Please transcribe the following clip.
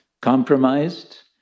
compromised